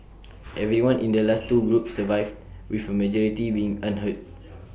everyone in the last two groups survived with A majority being unhurt